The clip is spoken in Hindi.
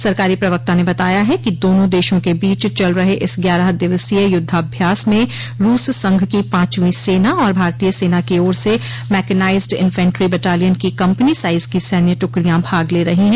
सरकारी प्रवक्ता ने बताया है कि दोनों देशों के बीच चल रहे इस ग्यारह दिवसीय युद्धाभ्यास में रूस संघ की पांचवीं सेना और भारतीय सेना की ओर से मैकेनाइज्ड इनफैन्ट्री बटालियन की कम्पनी साइज की सैन्य दुकड़ियॉ भाग ले रही हैं